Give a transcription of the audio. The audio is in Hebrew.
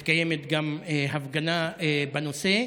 מתקיימת גם הפגנה בנושא.